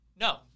No